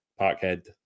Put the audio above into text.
Parkhead